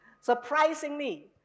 surprisingly